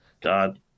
God